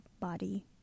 body